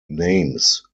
names